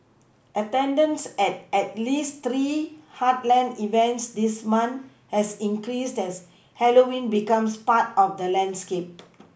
attendance at at least three heartland events this month has increased as Halloween becomes part of the landscape